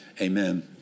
amen